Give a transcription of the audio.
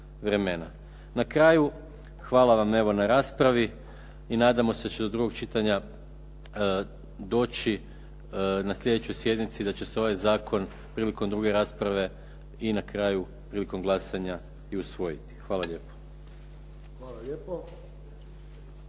Na kraju, hvala vam evo na raspravi i nadamo se da će do drugog čitanja doći na sljedećoj sjednici i da će se ovaj zakon prilikom druge rasprave i na kraju prilikom glasanja i usvojiti. Hvala lijepo.